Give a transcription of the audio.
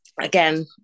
again